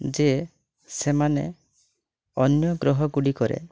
ଯିଏ ସେମାନେ ଅନ୍ୟ ଗ୍ରହଗୁଡ଼ିକରେ